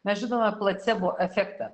mes žinome placebo efektą